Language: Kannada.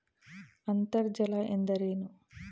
ಅಂತರ್ಜಲ ಎಂದರೇನು?